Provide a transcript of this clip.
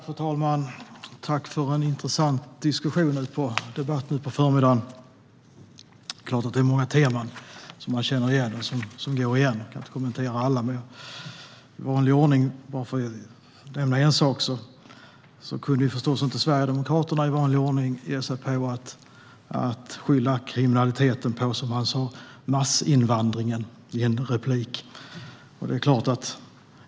Fru talman! Tack för en intressant diskussion och debatt nu på förmiddagen. Det är många teman som man känner igen och som går igen. Jag kan inte kommentera alla, men jag vill nämna sak. Sverigedemokraterna kunde i vanlig ordning inte låta bli att skylla kriminaliteten på massinvandringen, som representanten sa i en replik.